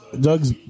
Doug's